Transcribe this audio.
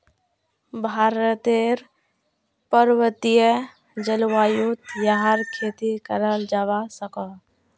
भारतेर पर्वतिये जल्वायुत याहर खेती कराल जावा सकोह